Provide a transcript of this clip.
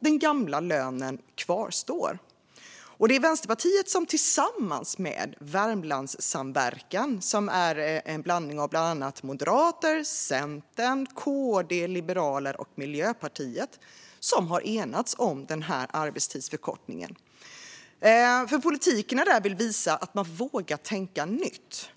Den gamla lönen kvarstår. Vänsterpartiet har tillsammans med Värmlandssamverkan, en blandning av bland annat Moderaterna, Centern, Kristdemokraterna, Liberalerna och Miljöpartiet, enats om arbetstidsförkortningen. Politikerna där vill visa att de vågar tänka nytt.